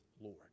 lord